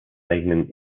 eigenen